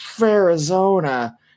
Arizona